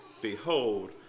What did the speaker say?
Behold